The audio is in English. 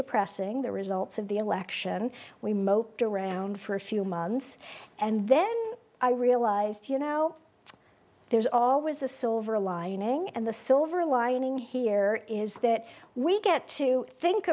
depressing the results of the election we moped around for a few months and then i realized you now there's always a silver lining and the silver lining here is that we get to think